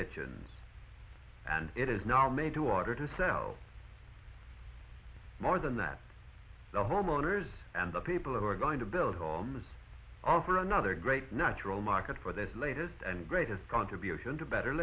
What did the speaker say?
kitchens and it is now made to order to sell more than that the homeowners and the people who are going to build on this offer another great natural market for their latest and greatest contribution to better